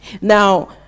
Now